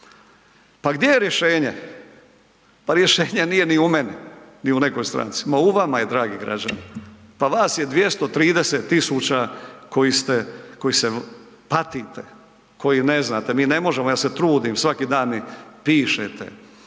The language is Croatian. Pa gdje je rješenje? Pa rješenje nije ni u meni ni u nekoj stranci, ma u vama je dragi građani, pa vas je 230 tisuća koji se patite, koji ne znate, mi ne možemo, ja se trudim, svaki dan mi pišete,